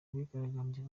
abigaragambya